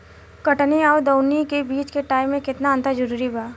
कटनी आउर दऊनी के बीच के टाइम मे केतना अंतर जरूरी बा?